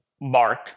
Mark